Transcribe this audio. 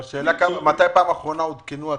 מתי בפעם האחרונה עודכנו התקנים?